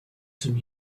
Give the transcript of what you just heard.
some